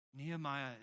Nehemiah